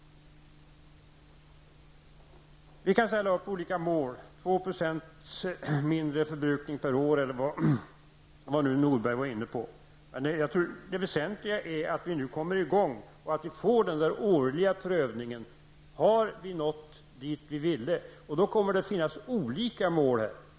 Vi kan ställa upp olika mål -- 2 % mindre förbrukning per år, eller vad Lars Norberg nu var inne på -- men det väsentliga är att vi kommer i gång med en årlig prövning och ställer frågan i. Har vi nått dit vi ville? Det kommer att finnas olika mål.